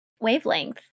wavelength